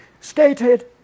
stated